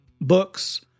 books